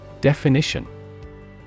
Definition